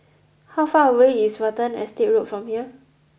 how far away is Watten Estate Road from here